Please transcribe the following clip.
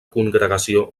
congregació